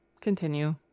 Continue